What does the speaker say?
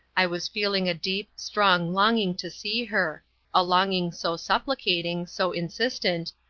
i was feeling a deep, strong longing to see her a longing so supplicating, so insistent,